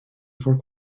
for